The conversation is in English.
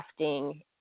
crafting